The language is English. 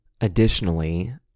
Additionally